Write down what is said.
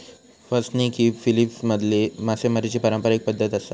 बसनिग ही फिलीपिन्समधली मासेमारीची पारंपारिक पद्धत आसा